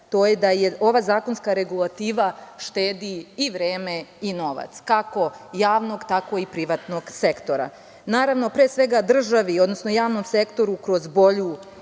to je da je ova zakonska regulativa štedi i vreme i novac kako javnog, tako i privatnog sektora, naravno pre svega državi, odnosno javnom sektoru kroz bolju